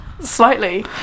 slightly